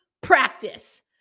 practice